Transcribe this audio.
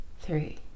three